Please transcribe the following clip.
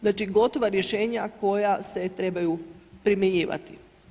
Znači gotova rješenja koja se trebaju primjenjivati.